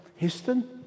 Histon